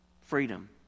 freedom